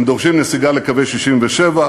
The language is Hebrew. הם דורשים נסיגה לקווי 67',